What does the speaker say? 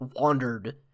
wandered